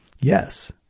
yes